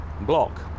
block